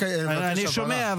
אני לא התכוונתי לדבר,